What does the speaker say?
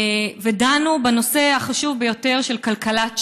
דנו בנושא החשוב ביותר של כלכלת שלום: